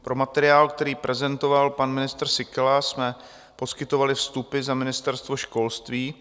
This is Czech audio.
Pro materiál, který prezentoval pan ministr Síkela, jsme poskytovali vstupy za Ministerstvo školství.